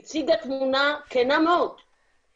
היא הציגה תמונה כנה מאוד --- כנה ועגומה.